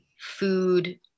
food